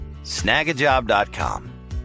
Snagajob.com